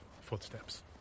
footsteps